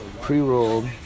pre-rolled